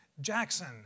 Jackson